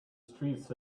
streets